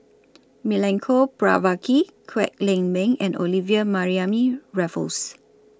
Milenko Prvacki Kwek Leng Beng and Olivia Mariamne Raffles